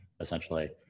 essentially